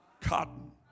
Cotton